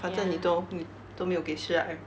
反正你都都没有给 shi ai